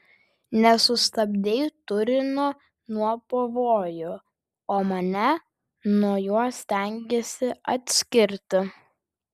nesustabdei turino nuo pavojų o mane nuo jo stengiesi atskirti